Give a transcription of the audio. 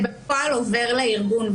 בפועל זה עובר לארגון,